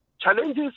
challenges